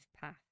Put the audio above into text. path